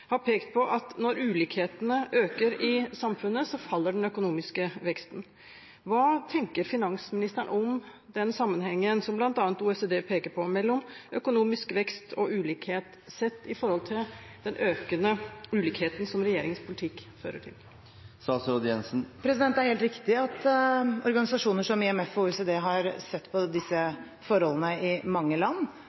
har pekt på at når ulikhetene øker i samfunnet, faller den økonomiske veksten. Hva tenker finansministeren om den sammenhengen som bl.a. OECD peker på, mellom økonomisk vekst og ulikhet sett i forhold til den økende ulikheten som regjeringens politikk fører til? Det er helt riktig at organisasjoner som IMF og OECD har sett på disse forholdene i mange land,